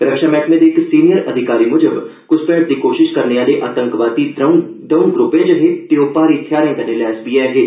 रक्षा मैहकमे दे इक सीनियर अधिकारी म्जब घ्सपैठ दी कोशश करने आहले आतंकवादी दौं ग्र्पे च हे ते ओह् भारी थेहारें कन्नै लैस बी ऐ हे